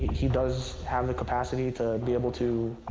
he does have the capacity to be able to